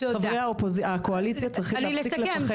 חברי הקואליציה צריכים להפסיק לפחד,